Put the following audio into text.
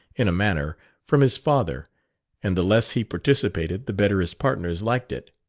in a manner, from his father and the less he participated the better his partners liked it.